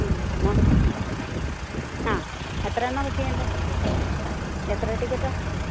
ഉം ആ ആ എത്ര എണ്ണമാണ് ബുക്ക് ചെയ്യേണ്ടത് എത്ര ടിക്കറ്റാണ്